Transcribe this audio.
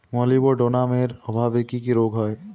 মলিবডোনামের অভাবে কি কি রোগ হয়?